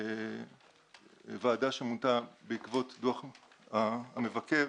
ועדה שמונתה בעקבות דוח המבקר,